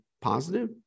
positive